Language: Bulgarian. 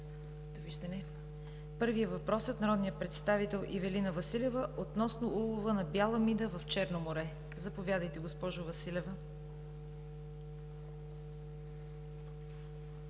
Порожанов. Първият въпрос е от народния представител Ивелина Василева относно улова на бяла мида в Черно море. Заповядайте, госпожо Василева.